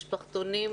במשפחתונים,